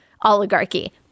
oligarchy